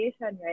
right